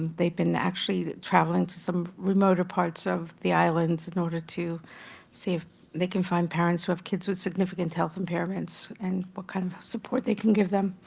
they've been actually traveling to some remoter parts of the islands in order to see if they can find parents who have kids with significant health impairments and what kind of support they can give them.